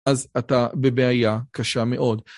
אז אתה בבעיה קשה מאוד.